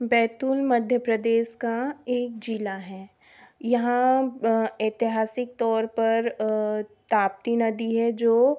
बैतुल मध्य प्रदेश का एक ज़िला है यहाँ एतिहासिक तौर पर ताप्ती नदी है जो